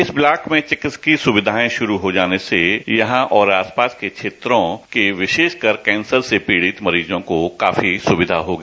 इस ब्लॉक में चिकित्सकीय सुविधाएं शुरू हो जाने से यहां और आसपास के क्षेत्रों के विशेषकर कैंसर से पीड़ित मरीजों को काफी सुविधा होगी